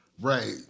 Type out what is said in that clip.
Right